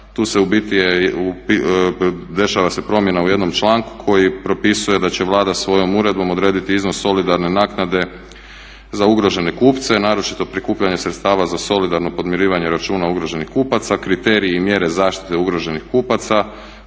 Tu se u biti, dešava se promjena u jednom članku koji propisuje da će Vlada svojom uredbom odrediti iznos solidarne naknade za ugrožene kupce, naročito prikupljanje sredstava za solidarno podmirivanje računa ugroženih kupaca, kriteriji i mjere zaštite ugroženih kupaca